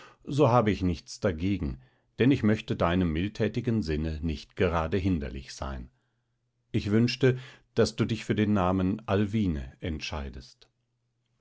so habe ich nichts dagegen denn ich möchte deinem mildtätigen sinne nicht gerade hinderlich sein ich wünschte daß du dich für den namen alwine entscheidest